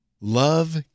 love